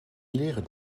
leeren